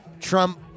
Trump